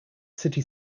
city